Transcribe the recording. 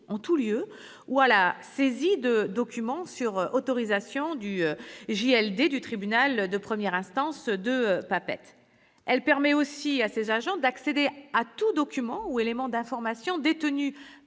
en tous lieux ou à la saisie de documents sur autorisation du juge des libertés et la détention du tribunal de première instance de Papeete. Elle permet aussi à ces agents d'accéder à tout document ou élément d'information détenu